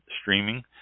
streaming